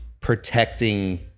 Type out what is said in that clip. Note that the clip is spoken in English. protecting